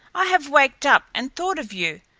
i have waked up and thought of you,